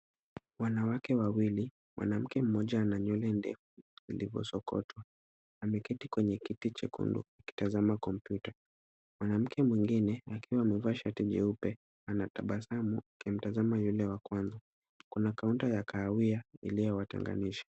Wanawake wawili, mwanamke mmoja ana nywele ndefu iliyosokotwa. Ameketi kwenye kiti chekundu akitazama kompyuta. Mwanamke mwingine akiwa amevaa shati jeupe anatabasamu akimtazama yule wa kwanza. Kuna kaunta ya kawahia, iliyowatenganisha.